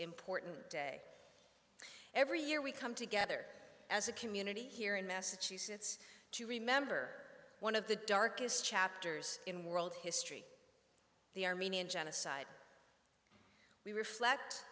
important day every year we come together as a community here in massachusetts to remember one of the darkest chapters in world history the armenian genocide we reflect